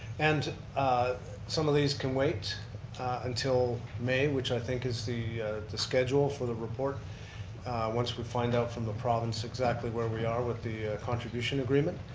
and some of these can wait until may, which i think is the the schedule for the report once we find out from the province exactly where we are with the contribution agreement.